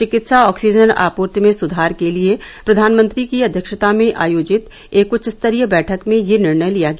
चिकित्सा ऑक्सीजन आपूर्ति में सुधार करने के लिए प्रधानमंत्री की अध्यक्षता में आयोजित एक उच्च स्तरीय बैठक में यह निर्णय लिया गया